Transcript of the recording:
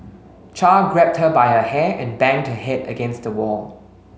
char grabbed her by her hair and banged her head against the wall